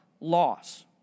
loss